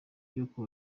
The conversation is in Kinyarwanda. by’uko